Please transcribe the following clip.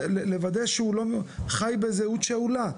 לוודא שהוא לא חי בזהות שאולה.